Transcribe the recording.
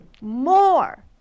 more